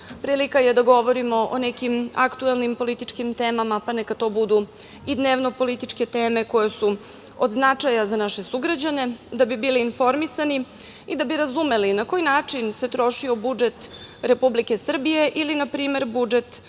Prilika je da govorimo o nekim aktuelnim političkim temama, pa neka to budu i dnevno-političke teme koje su od značaja za naše sugrađane, da bi bili informisani i da bi razumeli na koji način se trošio budžet Republike Srbije ili na primer budžet